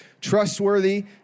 trustworthy